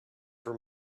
for